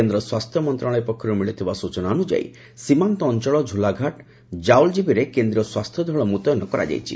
କେନ୍ଦ୍ର ସ୍ୱାସ୍ଥ୍ୟ ମନ୍ତ୍ରଣାଳୟ ପକ୍ଷରୁ ମିଳିଥିବା ସ୍ତଚନା ଅନୁଯାୟୀ ସୀମାନ୍ତ ଅଞ୍ଚଳ ଝୁଲାଘାଟ ଜାଓଲ୍ଜିବିରେ କେନ୍ଦୀୟ ସ୍ନାସ୍ଥ୍ୟଦଳ ମ୍ରତୟନ କରାଯାଇଛି